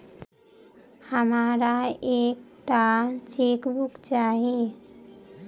हमरा एक टा चेकबुक चाहि